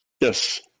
yes